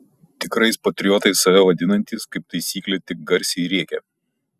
tikrais patriotais save vadinantys kaip taisyklė tik garsiai rėkia